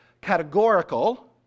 categorical